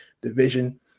division